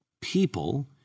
people